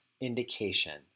indication